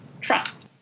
trust